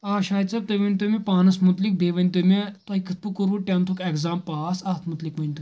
آ شاہِد صٲب تُہۍ ؤنۍ تو مےٚ پانَس مُتلِق بیٚیہِ ؤنۍ تو مےٚ تۄہہِ کِتھ پٲٹھۍ کوٚرو ٹؠنتھُک اؠگزام پاس اَتھ مُتلِق ؤنۍ تَو تُہۍ مےٚ